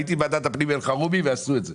הייתי בוועדת הפנים עם אל חרומי ועשו את זה.